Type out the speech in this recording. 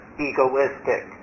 egoistic